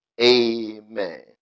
amen